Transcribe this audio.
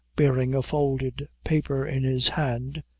bearing a folded paper in his hand,